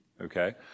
okay